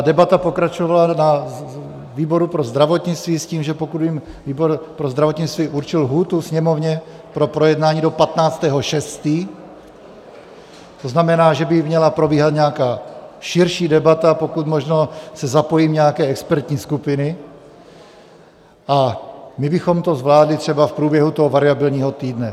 Debata pokračovala na výboru pro zdravotnictví s tím, že pokud by výbor pro zdravotnictví určil lhůtu Sněmovně pro projednání do 15. 6., to znamená, že by měla probíhat nějaká širší debata, pokud možno se zapojením nějaké expertní skupiny, a my bychom to zvládli třeba v průběhu toho variabilního týdne.